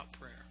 prayer